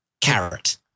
carrot